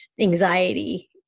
anxiety